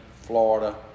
Florida